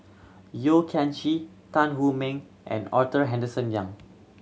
Yeo Kian Chye Tan Hu Meng and Arthur Henderson Young